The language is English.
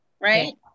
right